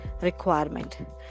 requirement